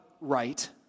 right